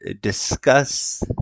discuss